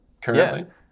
currently